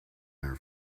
their